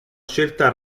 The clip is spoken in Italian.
scelta